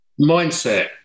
mindset